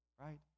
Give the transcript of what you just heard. right